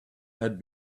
had